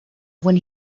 when